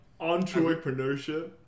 entrepreneurship